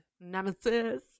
Nemesis